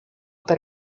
per